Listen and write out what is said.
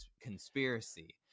conspiracy